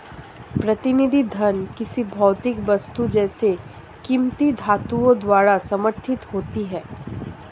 प्रतिनिधि धन किसी भौतिक वस्तु जैसे कीमती धातुओं द्वारा समर्थित होती है